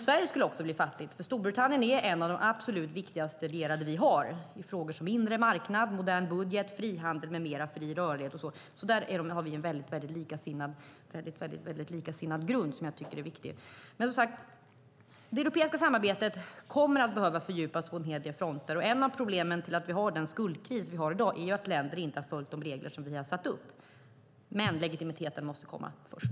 Sverige skulle också bli fattigt, för Storbritannien är en av de absolut viktigaste lierade vi har i frågor som inre marknad, modern budget, frihandel, fri rörlighet med mera. Där har vi en liknande grund som jag tycker är viktig. Det europeiska samarbetet kommer att behöva fördjupas på en hel del fronter. En av orsakerna till att vi har den skuldkris vi har i dag är att länder inte har följt de regler som har satts upp. Men legitimiteten måste komma först.